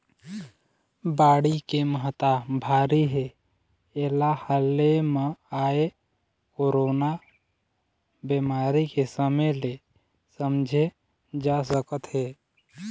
बाड़ी के महत्ता भारी हे एला हाले म आए कोरोना बेमारी के समे ले समझे जा सकत हे